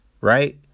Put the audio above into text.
Right